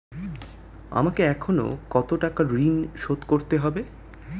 আমাকে এখনো কত টাকা ঋণ শোধ করতে হবে?